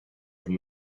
from